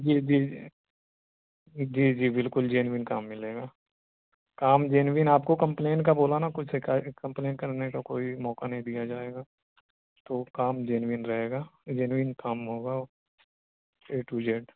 جی جی جی جی جی بالکل جینئین کام ملے گا کام جینوین آپ کو کمپلین کا بولا نا کچھ کمپلین کرنے کا کوئی موقع نہیں دیا جائے گا تو کام جینوئین رہے گا جینئین کام ہوگا اے ٹو جیڈ